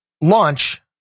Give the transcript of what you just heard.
launch